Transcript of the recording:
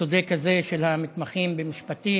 הצודק הזה של המתמחים במשפטים